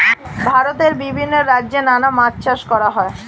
ভারতে বিভিন্ন রাজ্যে নানা মাছ চাষ করা হয়